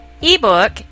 ebook